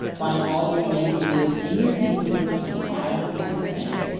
find all the remaining videos in your sequences and add them to the same,